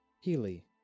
Healy